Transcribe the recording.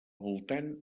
voltant